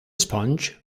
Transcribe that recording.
sponge